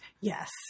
Yes